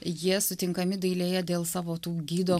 jie sutinkami dailėje dėl savo tų gydo